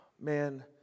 Man